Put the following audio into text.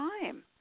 time